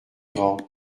grand